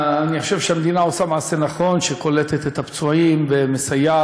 אני חושב שהמדינה עושה מעשה נכון כשהיא קולטת את הפצועים ומסייעת.